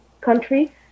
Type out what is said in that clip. country